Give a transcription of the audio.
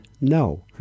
no